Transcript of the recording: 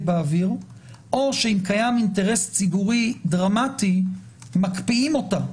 באוויר או שאם קיים אינטרס ציבורי דרמטי מקפיאים אותה.